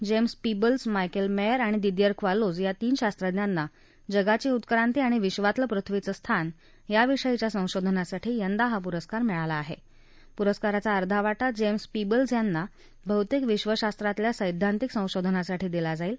जस्ति Peebles Michel मध्ति आणि Didier Queloz या तीन शास्त्रज्ञाना जगाची उत्क्रांती आणि विधातलं पृथ्वीचं स्थान याविषयीच्या संशोधनासाठी यंदा हा पुरस्कार मिळाला आह पुरस्काराचा अर्धा वाटा जस्ति पीबल्स यांना भौतिक विश्व शास्त्रातल्या सद्धीतिक संशोधानासाठी दिला जाईल